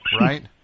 Right